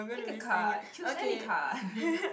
pick a card choose any card